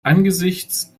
angesichts